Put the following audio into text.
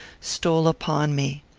stole upon me.